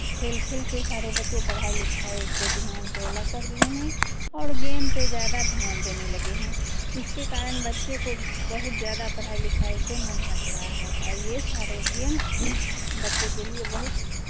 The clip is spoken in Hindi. खेल खेल के सारे बच्चे पढ़ाई लिखाई को ध्यान से अलग कर दिए हैं और गेम पे ज़्यादा ध्यान देने लगे हैं इसके कारण बच्चे को बहुत ज़्यादा पढ़ाई लिखाई से मन हट रहा है ये सारे गेम बच्चे के लिए बहुत